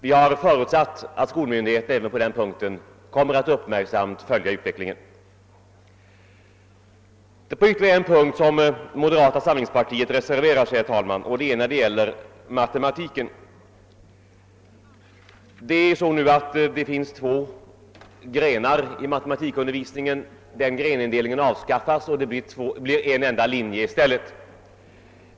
Vi har förutsatt att skolmyndigheterna även på den punkten uppmärksamt skall följa utvecklingen. Ytterligare en punkt där moderata samlingspartiet reserverat sig är matematiken. I de nu aktuella gymnasielinjerna förekommer nu särskild kurs i matematik. Denna kurs avskaffas enligt förslaget.